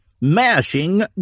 Mashing